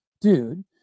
dude